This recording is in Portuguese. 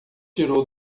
tirou